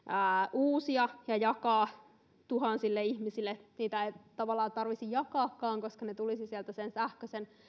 uusia ja jakaa tuhansille ihmisille niitä ei tavallaan tarvitsisi jakaakaan koska ne tulisivat sen sähköisen